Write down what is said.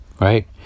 right